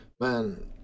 man